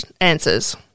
answers